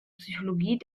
psychologie